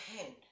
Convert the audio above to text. hand